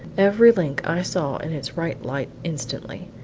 every link i saw in its right light instantly.